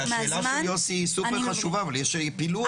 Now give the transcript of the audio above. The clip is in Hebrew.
כי השאלה של יוסי היא סופר חשובה אבל יש פילוח.